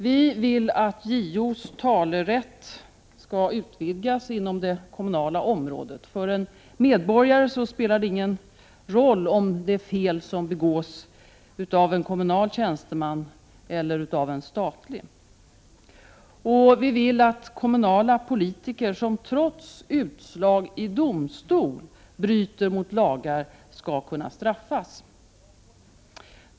Vi vill att JO:s talerätt skall utvidgas inom det kommunala området. För medborgaren spelar det ingen roll om de fel som begås, begås av en kommunal tjänsteman eller en statlig. Vi vill att kommunala politiker, vilka trots utslag i domstol bryter mot lagar, skall kunna straffas.